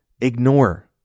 ignore